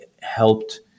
helped